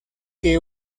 que